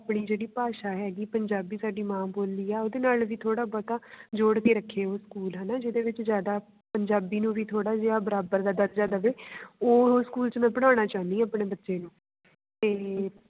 ਆਪਣੀ ਜਿਹੜੀ ਭਾਸ਼ਾ ਹੈਗੀ ਪੰਜਾਬੀ ਸਾਡੀ ਮਾਂ ਬੋਲੀ ਆ ਉਹਦੇ ਨਾਲ ਵੀ ਥੋੜ੍ਹਾ ਬਹੁਤਾ ਜੋੜ ਕੇ ਰੱਖੇ ਉਹ ਸਕੂਲ ਹੈ ਨਾ ਜਿਹਦੇ ਵਿੱਚ ਜ਼ਿਆਦਾ ਪੰਜਾਬੀ ਨੂੰ ਵੀ ਥੋੜ੍ਹਾ ਜਿਹਾ ਬਰਾਬਰ ਦਾ ਦਰਜਾ ਦਵੇ ਉਹ ਸਕੂਲ 'ਚ ਮੈਂ ਪੜ੍ਹਾਉਣਾ ਚਾਹੁੰਦੀ ਹਾਂ ਆਪਣੇ ਬੱਚੇ ਨੂੰ ਅਤੇ